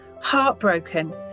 heartbroken